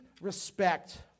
respect